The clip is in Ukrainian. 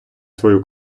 свою